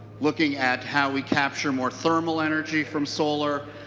looking at how we capture more thermal energy from solar.